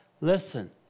Listen